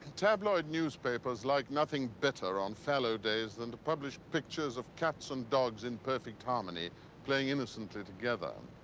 tabloid newspapers like nothing better on fallow days than to publish pictures of cats and dogs in perfect harmony playing innocently together.